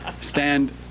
stand